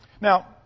Now